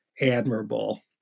admirable